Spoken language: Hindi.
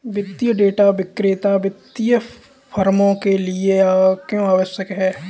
वित्तीय डेटा विक्रेता वित्तीय फर्मों के लिए क्यों आवश्यक है?